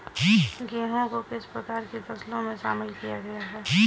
गेहूँ को किस प्रकार की फसलों में शामिल किया गया है?